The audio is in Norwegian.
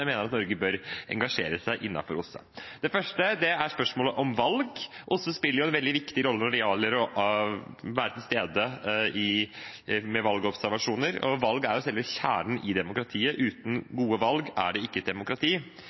mener er blant de temaene som Norge bør engasjere seg i innenfor OSSE. Det første er spørsmålet om valg – OSSE spiller jo en veldig viktig rolle når det gjelder å være til stede ved valgobservasjoner. Valg er jo selve kjernen i demokratiet – uten gode valg er det ikke et demokrati.